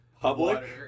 Public